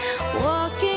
walking